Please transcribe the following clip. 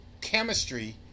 chemistry